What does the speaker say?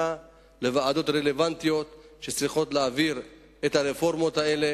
לוועדות הרלוונטיות שצריכות להעביר את הרפורמות האלה